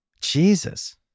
Jesus